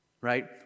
right